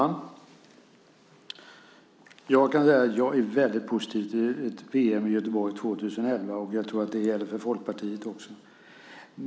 Herr talman! Jag är väldigt positiv till ett VM i Göteborg år 2011. Och jag tror att det gäller för Folkpartiet också.